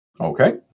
Okay